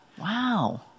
Wow